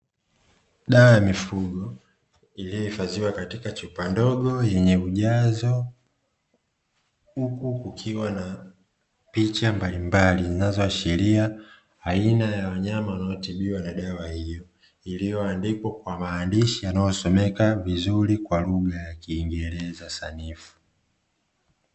Dawa ya mifugo iliyohifadhiwa katika chupa ndogo yenye ujazo, huku kukiwa na picha mbalimbali zinazoashiria aina ya wanyama wanaotibiwa na dawa hiyo iliyoandikwa kwa maandishi yanayosomeka vizuri kwa lugha ya kiingereza sanifu.